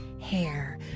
hair